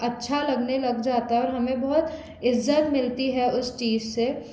अच्छा लगने लग जाता है और हमें बहुत इज़्ज़त मिलती है उस चीज़ से